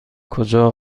کجا